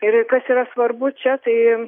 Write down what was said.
ir kas yra svarbu čia tai